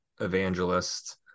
evangelist